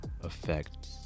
effect